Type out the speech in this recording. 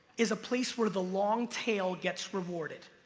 is a place where the long tail gets rewarded.